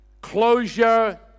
closure